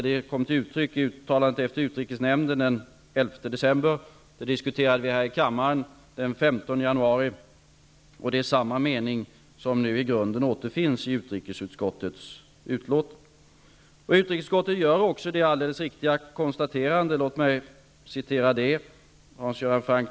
Det kom till uttryck i ett uttalande efter utrikesnämndens sammanträde den 11 december, och det diskuterades här i kammaren den 15 januari. Det är i grunden samma mening som nu återfinns i utrikesutskottets utlåtande. Hans Göran Franck tycker tydligen att man skall citera allt i utrikesutkottets betänkande.